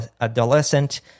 adolescent